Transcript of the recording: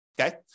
okay